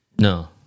No